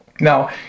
Now